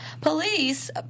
police